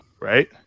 Right